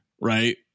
Right